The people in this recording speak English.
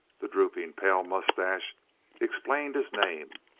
the drooping, pale mustache explained his name.